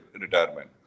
retirement